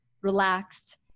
relaxed